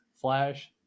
Flash